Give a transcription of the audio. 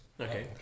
okay